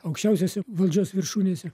aukščiausiose valdžios viršūnėse